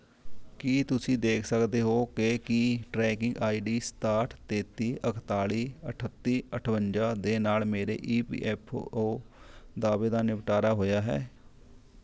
ਕੀ ਤੁਸੀਂ ਦੇਖ ਸਕਦੇ ਹੋ ਕਿ ਕੀ ਟਰੈਕਿੰਗ ਆਈ ਡੀ ਸਤਾਹਠ ਤੇਤੀ ਇੱਕਤਾਲ਼ੀ ਅਠੱਤੀ ਅਠਵੰਜਾ ਦੇ ਨਾਲ਼ ਮੇਰੇ ਈ ਪੀ ਐੱਫ ਓ ਦਾਅਵੇ ਦਾ ਨਿਪਟਾਰਾ ਹੋਇਆ ਹੈ